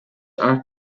are